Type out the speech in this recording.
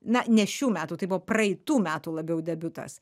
na ne šių metų tai buvo praeitų metų labiau debiutas